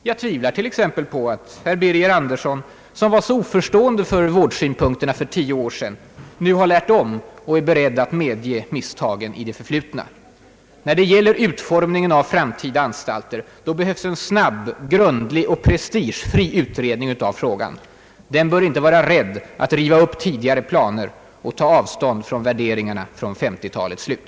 Jag tvivlar t.ex. på att herr Birger Andersson, som var så oförstå ende för vårdsynpunkterna för tio år sedan, nu har lärt om och är beredd att medge misstag i det förflutna. När det gäller utformningen av framtida anstalter behövs en snabb, grundlig och prestigefri utredning av frågan. Den utredningen bör inte vara rädd att riva upp tidigare planer och ta avstånd från värderingarna från 1950-talets slut.